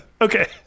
Okay